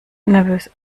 nervös